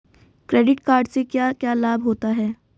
Credit card से क्या क्या लाभ होता है?